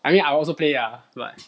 I mean I also play lah but